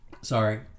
Sorry